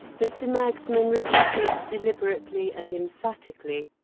mr. magsman repeated, deliberately and emphatically,